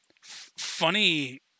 funny